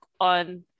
on